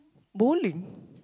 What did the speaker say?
bowling